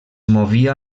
movia